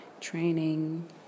training